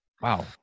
Wow